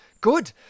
Good